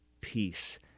peace